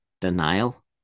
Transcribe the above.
denial